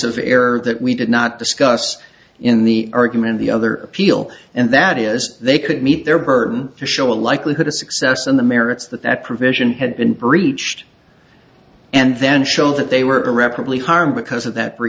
error that we did not discuss in the argument of the other appeal and that is they could meet their burden to show a likelihood of success on the merits that that provision had been breached and then show that they were irreparably harmed because of that